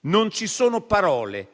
Non ci sono parole